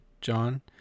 John